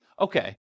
okay